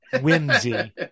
whimsy